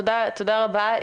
תודה, תודה רבה.